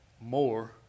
more